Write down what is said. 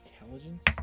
Intelligence